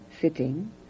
sitting